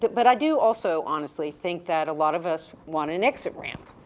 but i do also, honestly, think that a lot of us want an exit ramp,